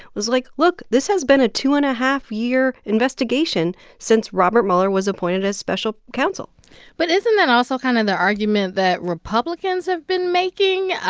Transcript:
was like, look this has been a two and a half year investigation since robert mueller was appointed as special counsel but isn't that also kind of the argument that republicans have been making, ah